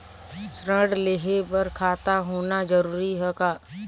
ऋण लेहे बर खाता होना जरूरी ह का?